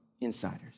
insiders